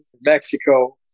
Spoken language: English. Mexico